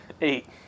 Eight